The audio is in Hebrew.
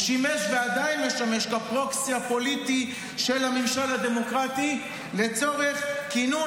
הוא שימש ועדיין משמש כפרוקסי הפוליטי של הממשל הדמוקרטי לצורך כינון,